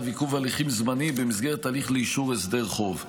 עיכוב הליכים זמני במסגרת הליך לאישור הסדר חוב.